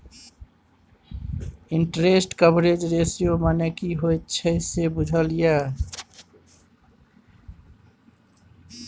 Interest coverage ratio मने की होइत छै से बुझल यै?